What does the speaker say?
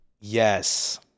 Yes